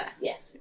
Yes